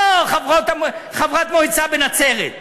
לא חברת מועצה בנצרת,